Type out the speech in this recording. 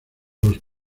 los